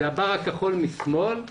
זה הבאר הכחול משמאל.